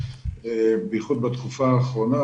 בייחוד בתקופה האחרונה,